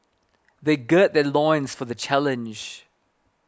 they gird their loins for the challenge